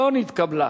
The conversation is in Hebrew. לא נתקבלה.